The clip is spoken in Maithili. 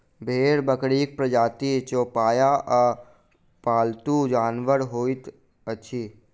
भेंड़ बकरीक प्रजातिक चौपाया आ पालतू जानवर होइत अछि